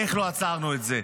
איך לא עצרנו את זה,